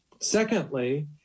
secondly